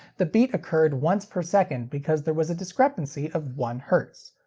the beat occurred once per second because there was a discrepancy of one hertz.